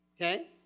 Okay